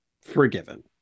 forgiven